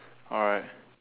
alright